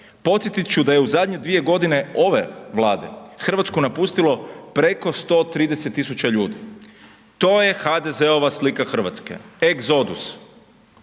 Podsjetiti ću da je u zadnje godine ove Vlade, RH napustilo preko 130 000 ljudi, to je HDZ-ova slika RH, egzodus.